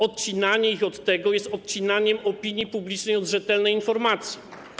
Odcinanie ich od tego jest odcinaniem opinii publicznej od rzetelnej informacji.